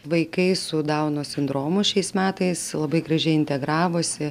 vaikai su dauno sindromu šiais metais labai gražiai integravosi